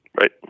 Right